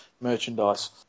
merchandise